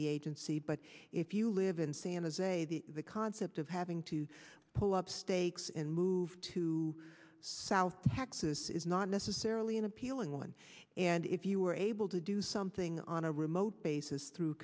the agency but if you live in san jose the concept of having to pull up stakes and move to south texas is not necessarily an appealing one and if you were able to do something on a remote basis through